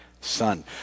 son